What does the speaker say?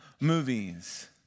movies